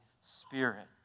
Spirit